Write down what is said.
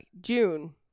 June